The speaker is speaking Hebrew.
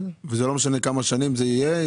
לא משנה כמה שנים זה יהיה?